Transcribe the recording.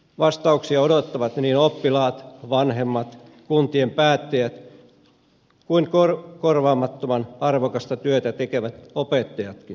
vastauksia odottavat niin oppilaat vanhemmat kuntien päättäjät kuin korvaamattoman arvokasta työtä tekevät opettajatkin